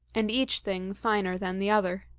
and each thing finer than the other.